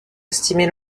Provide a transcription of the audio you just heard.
estimer